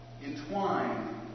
Entwined